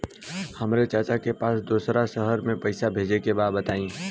हमरा चाचा के पास दोसरा शहर में पईसा भेजे के बा बताई?